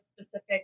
specific